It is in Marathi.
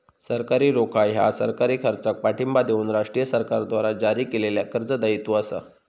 सरकारी रोखा ह्या सरकारी खर्चाक पाठिंबा देऊक राष्ट्रीय सरकारद्वारा जारी केलेल्या कर्ज दायित्व असा